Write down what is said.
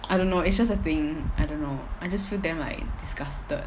I don't know it's just a thing I don't know I just feel damn like disgusted